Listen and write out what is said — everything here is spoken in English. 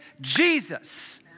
Jesus